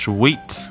Sweet